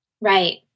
Right